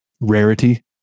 rarity